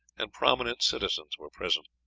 and prominent citizens were present.